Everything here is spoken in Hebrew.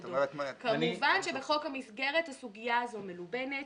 כמובן שבחוק המסגרת הסוגיה הזו מלובנת.